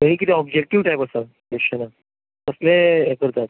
थंय कितें objective type आसता तसले हें करतात